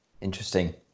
Interesting